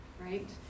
right